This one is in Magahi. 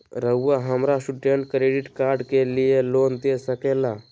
रहुआ हमरा स्टूडेंट क्रेडिट कार्ड के लिए लोन दे सके ला?